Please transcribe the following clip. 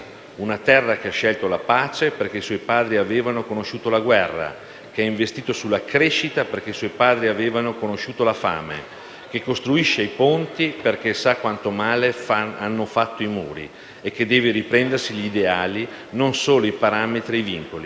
una terra che ha scelto la pace perché i suoi padri avevano conosciuto la guerra. Che ha investito sulla crescita perché i suoi padri avevano conosciuto la fame. Che costruisce i ponti perché sa quanto male hanno fatto i muri. E che deve riprendersi gli ideali, non solo i parametri e i vincoli».